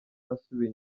nasubiye